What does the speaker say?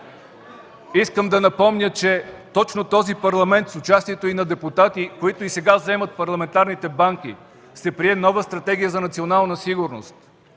Искам да напомня, че точно в този Парламент с участието и на депутати, които и сега заемат парламентарните банки, се прие нова стратегия за национална сигурност.